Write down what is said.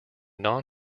non